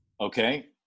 Okay